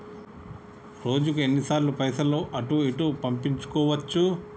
రోజుకు ఎన్ని సార్లు పైసలు అటూ ఇటూ పంపించుకోవచ్చు?